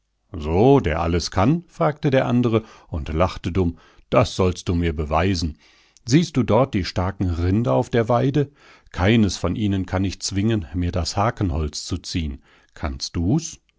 so der alles kann fragte der andere und lachte dumm das sollst du mir beweisen siehst du dort die starken rinder auf der weide keines von ihnen kann ich zwingen mir das hakenholz zu ziehen kannst du's